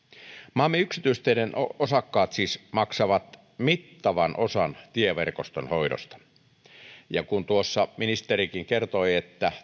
maamme yksityisteiden osakkaat siis maksavat mittavan osan tieverkoston hoidosta ja kun tuossa ministerikin kertoi että